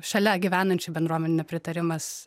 šalia gyvenančių bendruomenių nepritarimas